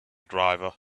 driver